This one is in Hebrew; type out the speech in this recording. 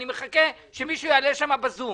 אני מחכה שמישהו יעלה שם בזום.